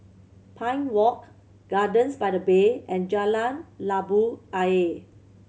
Pine Walk Gardens by the Bay and Jalan Labu Ayer